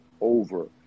over